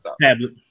Tablet